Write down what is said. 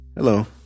Hello